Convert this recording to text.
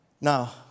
Now